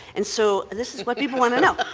and so this is what people want to know.